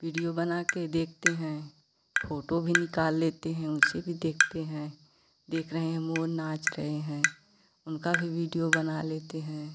video बना के देखते हैं फोटो भी निकाल लेते हैं उसे भी देखते हैं देख रहे हैं मोर नाच रहे हैं उनका भी वीडियो बना लेते हैं